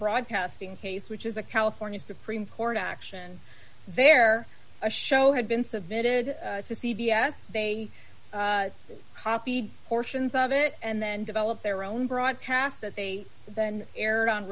broadcasting case which is a california supreme court action there a show had been submitted to c b s they copied portions of it and then developed their own broadcast that they then aired on